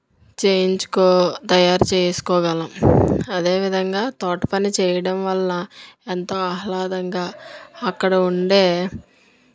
చేయించుకో తయారు చేసుకోగలము అదే విధంగా తోట పని చేయడం వల్ల ఎంత ఆహ్లాదంగా అక్కడ ఉండే